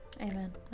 Amen